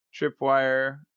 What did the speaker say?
Tripwire